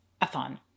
a-thon